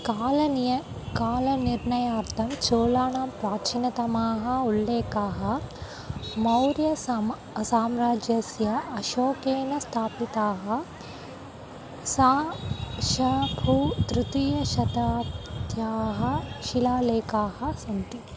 कालनियमः कालनिर्णायार्थं चोळानां प्राचीनतमाः उल्लेखाः मौर्यसमं साम्राज्यस्य अशोकेन स्थापिताः सा श भू तृतीयशताब्ध्याः शिलालेखाः सन्ति